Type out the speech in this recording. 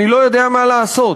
אני לא יודע מה לעשות.